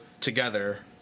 together